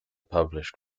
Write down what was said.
published